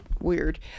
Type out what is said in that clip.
weird